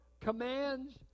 commands